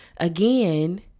Again